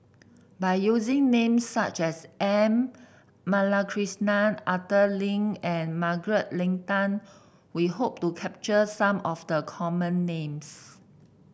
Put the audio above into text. by using names such as M Balakrishnan Arthur Lim and Margaret Leng Tan we hope to capture some of the common names